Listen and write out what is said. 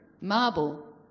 marble